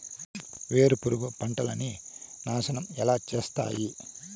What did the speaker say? వేరుపురుగు పంటలని నాశనం ఎలా చేస్తాయి?